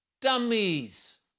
dummies